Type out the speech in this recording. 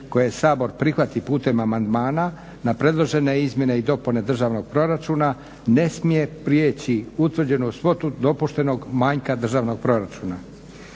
koje Sabor prihvati putem amandmana na predložene izmjene i dopune državnog proračuna ne smije prijeći utvrđenu svotu dopuštenog manjka državnog proračuna.